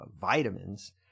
vitamins